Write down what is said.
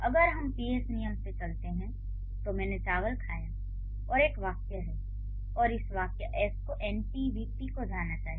अगर हम पीएस नियमों से चलते हैं तो मैंने चावल खाया और एक वाक्य है और इस वाक्य एस को एनपी वीपी को जाना चाहिए